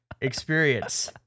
experience